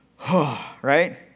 Right